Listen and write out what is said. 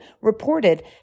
reported